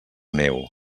neu